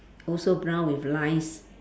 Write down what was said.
also brown with lines